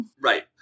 Right